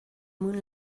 moon